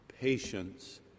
patience